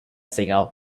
singer